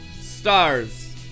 stars